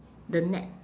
the net